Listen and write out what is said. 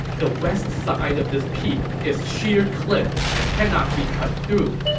the west side of this peak is sheer cliff that cannot be cut through.